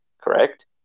Correct